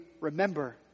remember